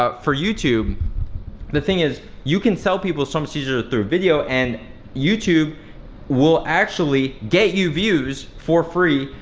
ah for youtube the thing is, you can sell people so much easier through video and youtube will actually get you views for free,